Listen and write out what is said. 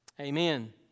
Amen